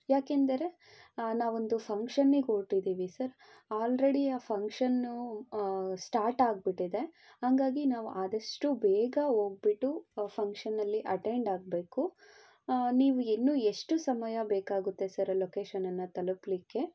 ಯಾಕೆಂದರೆ ನಾವೊಂದು ಫಂಕ್ಷನ್ನಿಗ್ ಹೊರ್ಟಿದೀವಿ ಸರ್ ಆಲ್ರೆಡಿ ಆ ಫಂಕ್ಷನ್ನು ಸ್ಟಾರ್ಟ್ ಆಗಿಬಿಟ್ಟಿದೆ ಹಂಗಾಗಿ ನಾವು ಆದಷ್ಟು ಬೇಗ ಹೋಗ್ಬಿಟ್ಟು ಆ ಫಂಕ್ಷನ್ನಲ್ಲಿ ಅಟೆಂಡ್ ಆಗಬೇಕು ನೀವು ಇನ್ನೂ ಎಷ್ಟು ಸಮಯ ಬೇಕಾಗುತ್ತೆ ಸರ್ ಆ ಲೊಕೇಶನನ್ನು ತಲುಪಲಿಕ್ಕೆ